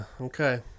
Okay